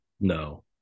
No